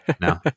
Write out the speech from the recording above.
No